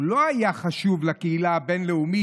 הוא לא היה חשוב לקהילה הבין-לאומית,